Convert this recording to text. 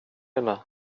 illa